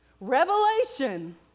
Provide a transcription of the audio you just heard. Revelation